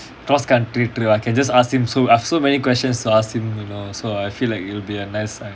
cross country trip I can just ask him so I have so many questions to ask him you know so I feel like it'll be a nice